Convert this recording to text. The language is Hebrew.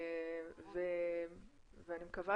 אני מקווה